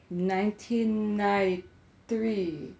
nineteen nine three